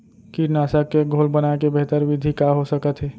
कीटनाशक के घोल बनाए के बेहतर विधि का हो सकत हे?